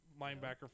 linebacker